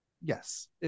yes